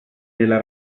nella